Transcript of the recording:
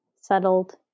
settled